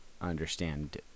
understand